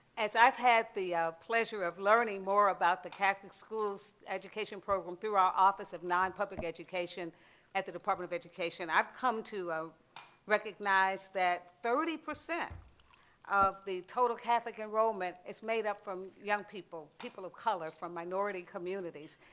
as i've had the pleasure of learning more about the catholic schools education program through our office of nonpublic education at the department of education, i've come to ah recognize that thirty percent of the total catholic enrollment is made up from young people. people of color from minority communities.